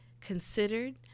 considered